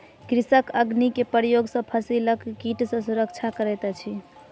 कृषक अग्नि के प्रयोग सॅ फसिलक कीट सॅ सुरक्षा करैत अछि